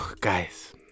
guys